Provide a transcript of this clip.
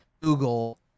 Google